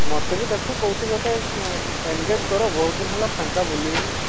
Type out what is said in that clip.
ମୋତେ ବି ଦେଖ କେଉଁଠି ଗୋଟେ ଏନଗେଜ୍ କର ବହୁତ ଦିନ ହେଲା ଫାଙ୍କା ବୁଲିଲିଣି